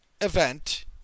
event